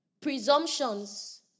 presumptions